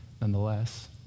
nonetheless